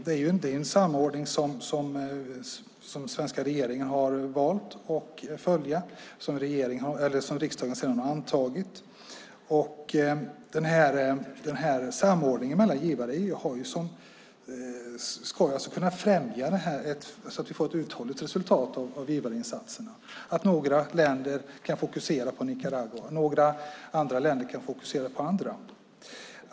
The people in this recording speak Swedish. Det är en samordning som regeringen har valt att följa och som riksdagen har godkänt. Samordningen mellan givarna ska främja ett uthålligt resultat av givarinsatserna. Några länder fokuserar på Nicaragua, andra fokuserar på andra länder.